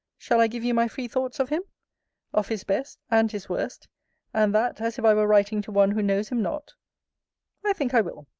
shall i give you my free thoughts of him of his best and his worst and that as if i were writing to one who knows him not i think i will.